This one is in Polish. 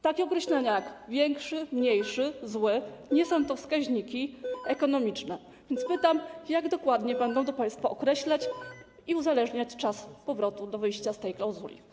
Takie określenia jak: większy, mniejszy, zły nie są to wskaźniki ekonomiczne, więc pytam: Jak dokładnie będą to państwo określać i uzależniać czas powrotu do wyjścia z tej klauzuli?